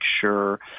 sure